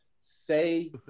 say